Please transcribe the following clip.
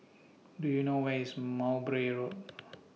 Do YOU know Where IS Mowbray Road